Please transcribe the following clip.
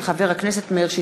של חבר הכנסת מאיר שטרית.